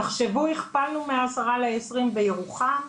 תחשבו שהכפלנו מעשרה ל-20 בירוחם,